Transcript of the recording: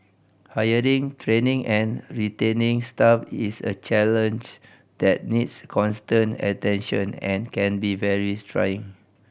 hiring training and retaining staff is a challenge that needs constant attention and can be very trying